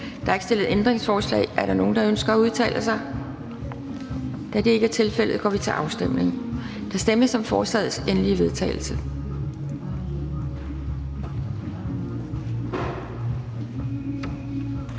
Der er ikke stillet ændringsforslag. Er der nogen, der ønsker at udtale sig? Da det ikke er tilfældet, går vi til afstemning. Kl. 12:15 Afstemning Anden